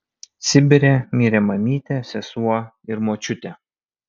sibire mirė mamytė sesuo ir močiutė